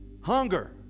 hunger